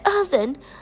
oven